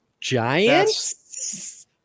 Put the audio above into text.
Giants